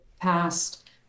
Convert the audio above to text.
past